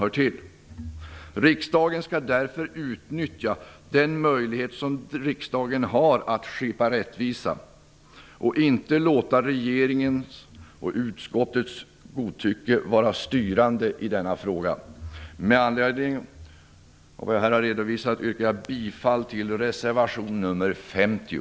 Riksdagen skall därför utnyttja sin möjlighet att skipa rättvisa och inte låta regeringens och utskottets godtycke vara styrande i denna fråga. Mot bakgrund av vad jag här har redovisat yrkar jag bifall till reservation nr 50.